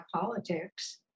politics